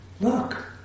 look